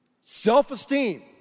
self-esteem